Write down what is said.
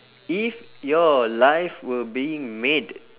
if your life were being made